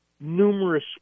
numerous